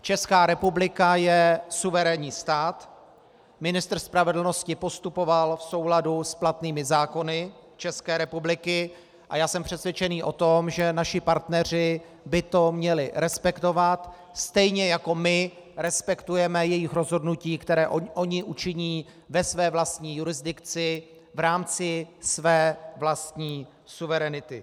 Česká republika je suverénní stát, ministr spravedlnosti postupoval v souladu s platnými zákony České republiky a já jsem přesvědčený o tom, že naši partneři by to měli respektovat, stejně jako my respektujeme jejich rozhodnutí, která oni učiní ve své vlastní jurisdikci v rámci své vlastní suverenity.